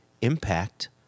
impact